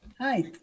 Hi